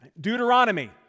Deuteronomy